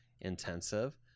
intensive